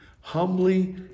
Humbly